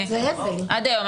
עד היום,